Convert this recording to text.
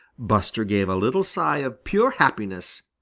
buster gave a little sigh of pure happiness.